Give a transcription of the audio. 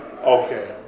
Okay